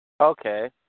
Okay